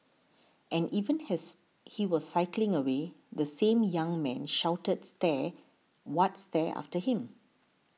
and even as he was cycling away the same young man shouted stare what stare after him